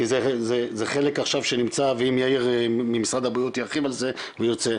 כי זה חלק עכשיו שנמצא ואם יאיר ממשרד הבריאות ירחיב על זה אם הוא ירצה.